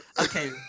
okay